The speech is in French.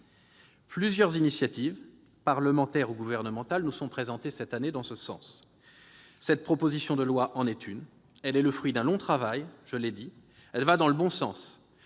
Plusieurs initiatives, parlementaire ou gouvernementale, nous sont présentées cette année dans ce sens. Cette proposition de loi en est une. Elle est le fruit d'un long travail, je l'ai dit, et elle va dans le bon sens.